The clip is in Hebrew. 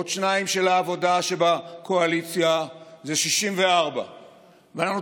עוד שניים של העבודה שבקואליציה זה 64. ואנחנו